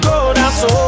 corazón